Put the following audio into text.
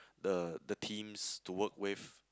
the the teams to work with